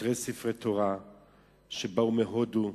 כתרי ספרי תורה שבאו מהודו,